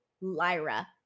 Lyra